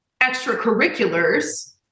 extracurriculars